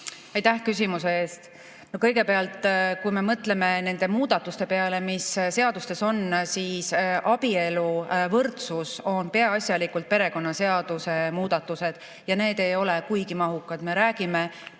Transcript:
Aitäh küsimuse eest! Kõigepealt, kui me mõtleme nende muudatuste peale, mis seadustes on, siis abieluvõrdsuse puhul on peaasjalikult perekonnaseaduse muudatused ja need ei ole kuigi mahukad. Me räägime